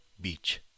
Beach